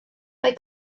mae